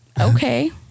okay